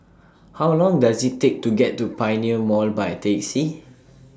How Long Does IT Take to get to Pioneer Mall By A Taxi